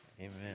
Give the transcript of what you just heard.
Amen